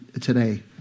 today